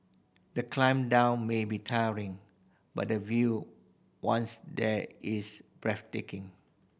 the climb down may be tiring but the view once there is breathtaking